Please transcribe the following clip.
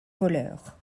voleur